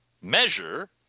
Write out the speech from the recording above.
measure